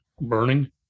Burning